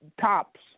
tops